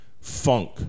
funk